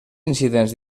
incidents